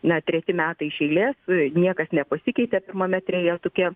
na treti metai iš eilės niekas nepasikeitė pirmame trejetuke